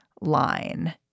line